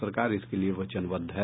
सरकार इसके लिए वचनबद्ध है